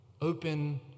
Open